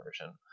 version